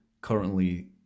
currently